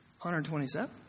127